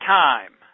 time